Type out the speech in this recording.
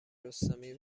رستمی